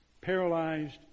paralyzed